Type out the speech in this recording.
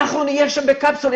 אנחנו נהיה שם בקפסולות,